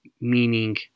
meaning